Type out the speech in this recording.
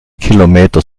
kilometer